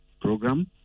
program